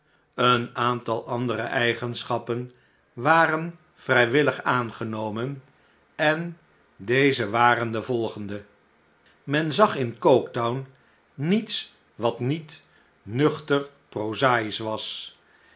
een aantal andere eigenschappen waren vrijwillig aangenomen en deze waren de volgende men zag in coketown niets wat niet nuchter proza'isch was